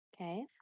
Okay